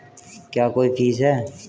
क्या कोई फीस है?